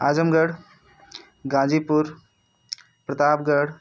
Azamgarh Ghazipur Pratapgarh